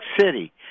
city